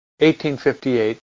1858